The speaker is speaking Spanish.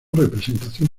representación